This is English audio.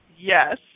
Yes